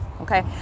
okay